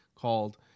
called